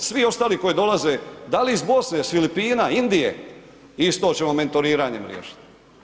Svi ostali koji dolaze da li iz Bosne, s Filipina, Indije, isto ćemo mentoriranjem riješiti.